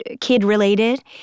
kid-related